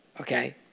Okay